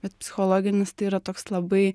bet psichologinis tai yra toks labai